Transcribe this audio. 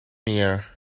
here